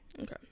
Okay